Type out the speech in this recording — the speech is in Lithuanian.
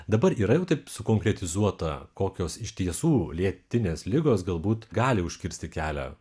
dabar yra jau taip sukonkretizuota kokios iš tiesų lėtinės ligos galbūt gali užkirsti kelią